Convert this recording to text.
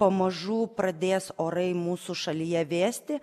pamažu pradės orai mūsų šalyje vėsti